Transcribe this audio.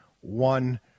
one